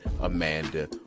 Amanda